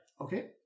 Okay